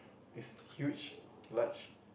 is huge large